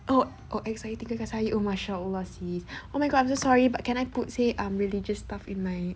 oh oh exciting dengan saya sis oh my god I'm so sorry but can I put say um religious stuff in my